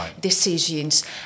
decisions